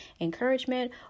encouragement